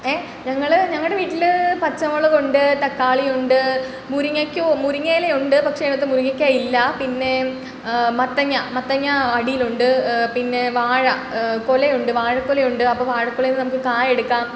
ഏ ഞങ്ങൾ ഞങ്ങടെ വീട്ടിൽ പച്ചമുളകൊണ്ട് തക്കാളി ഉണ്ട് മുരിങ്ങയ്ക്ക മുരിങ്ങയില ഉണ്ട് പക്ഷേ അതിനകത്ത് മുരിങ്ങയ്ക്ക ഇല്ല പിന്നെ മത്തങ്ങ മത്തങ്ങ അടിയിലുണ്ട് പിന്നെ വാഴ കൊല ഉണ്ട് വാഴക്കൊല ഉണ്ട് അപ്പം വാഴക്കൊലേന്ന് നമുക്ക് കാ എടുക്കാം